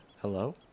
Hello